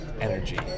energy